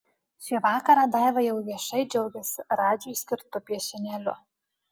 šį vakarą daiva jau viešai džiaugiasi radžiui skirtu piešinėliu